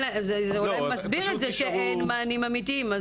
זה אולי מסביר את זה שאין מענים אמיתיים.